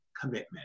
commitment